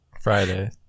Friday